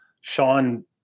sean